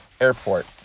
airport